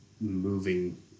moving